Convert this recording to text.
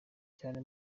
cyane